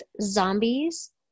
zombies